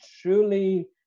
truly